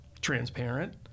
transparent